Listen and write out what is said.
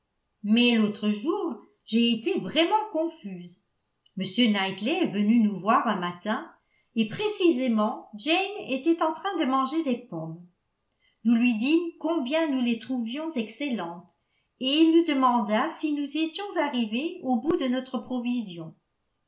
mais l'autre jour j'ai été vraiment confuse m knightley est venu nous voir un matin et précisément jane était en train de manger des pommes nous lui dîmes combien nous les trouvions excellentes et il nous demanda si nous étions arrivées au bout de notre provision